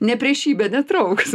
ne priešybė netrauks